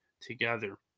together